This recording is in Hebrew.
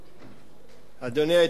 אדוני היושב-ראש,